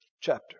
chapter